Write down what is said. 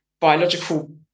biological